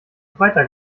freitag